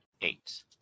Eight